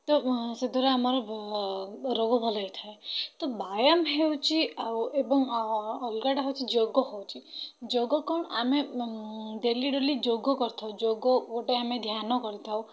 ତ ସେଦ୍ୱାରା ଆମର ରୋଗ ଭଲ ହୋଇଥାଏ ତ ବାୟାମ ହେଉଛି ଆଉ ଏବଂ ଅଲଗାଟା ହେଉଛି ଯୋଗ ହେଉଛି ଯୋଗ କ'ଣ ଆମେ ଡେଲି ଡେଲି ଯୋଗ କରିଥାଉ ଯୋଗ ଗୋଟେ ଆମେ ଧ୍ୟାନ କରିଥାଉ